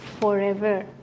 forever